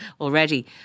already